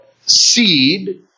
seed